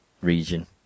region